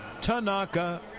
Tanaka